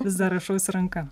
vis dar rašausi ranka